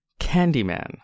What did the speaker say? Candyman